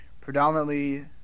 predominantly